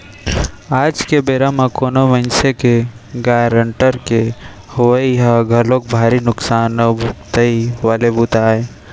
आज के बेरा म कोनो मनसे के गारंटर के होवई ह घलोक भारी नुकसान अउ भुगतई वाले बूता आय